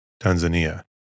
Tanzania